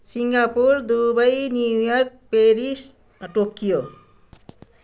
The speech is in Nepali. Singapore Dubai New York Paris Tokyo